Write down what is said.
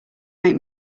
make